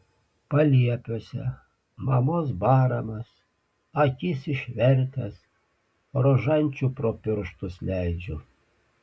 paliepiuose mamos baramas akis išvertęs rožančių pro pirštus leidžiu